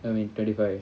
im in thirty five